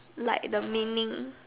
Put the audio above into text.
like the meaning